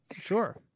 Sure